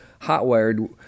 HotWired